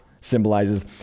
symbolizes